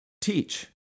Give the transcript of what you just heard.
teach